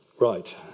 Right